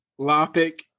Lopic